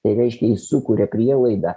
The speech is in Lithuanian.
tai reiškia jis sukuria prielaidą